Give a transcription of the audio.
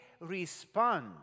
respond